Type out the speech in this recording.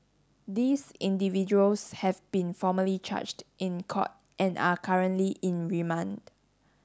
these individuals have been formally charged in court and are currently in remand